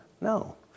No